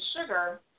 sugar